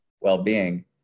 well-being